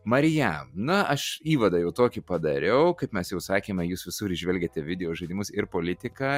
marijam na aš įvadą jau tokį padariau kaip mes jau sakėme jūs visur įžvelgiate videožaidimus ir politiką